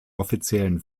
offiziellen